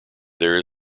there